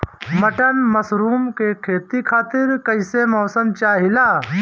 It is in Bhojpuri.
बटन मशरूम के खेती खातिर कईसे मौसम चाहिला?